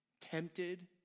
tempted